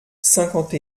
cinquante